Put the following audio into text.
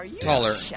taller